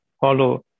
follow